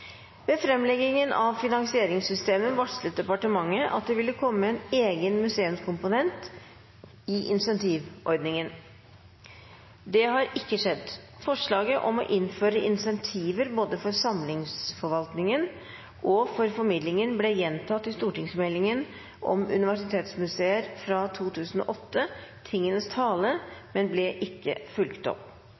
ved framleggelsen av finansieringssystemet i 2002 varslet departementet at det ville komme en egen museumskomponent i insentivordningen, noe som ikke skjedde. Å innføre insentiver både for samlingsforvaltningen og for formidlingen ble gjentatt i stortingsmeldingen om universitetsmuseer fra 2008, Tingenes tale.